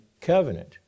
covenant